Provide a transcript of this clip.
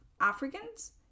Africans